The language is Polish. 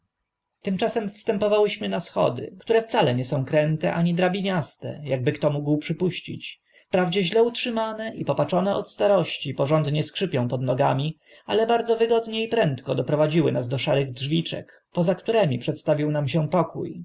tymczasem wstępowałyśmy na schody które wcale nie są kręte ani drabiniaste ak by kto mógł przypuścić wprawdzie źle utrzymane i popaczone od starości porządnie skrzypią pod nogami ale bardzo wygodnie i prędko doprowadziły nas do szarych drzwiczek poza którymi przedstawił nam się pokó